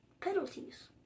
penalties